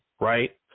right